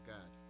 God